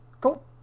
Cool